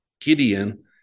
Gideon